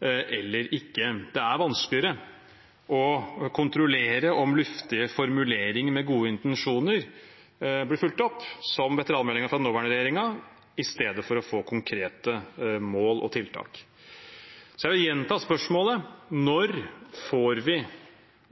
eller ikke. Det er vanskeligere å kontrollere om luftige formuleringer med gode intensjoner blir fulgt opp, som veteranmeldingen fra den nåværende regjeringen, i stedet for å få konkrete mål og tiltak. Så jeg vil gjenta spørsmålet: Når får vi